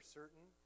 certain